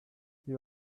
you